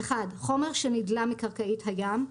חומר שנדלה מקרקעית הים,